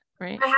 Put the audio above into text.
Right